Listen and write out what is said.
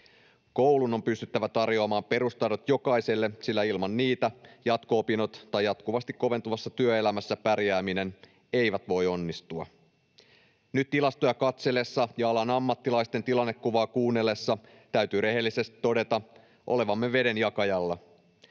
Koulun on pystyttävä tarjoamaan perustaidot jokaiselle, sillä ilman niitä jatko-opinnot tai jatkuvasti koventuvassa työelämässä pärjääminen eivät voi onnistua. Nyt tilastoja katsellessa ja alan ammattilaisten tilannekuvaa kuunnellessa täytyy rehellisesti todeta olevamme vedenjakajalla.